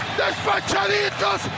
despachaditos